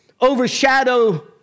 overshadow